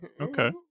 Okay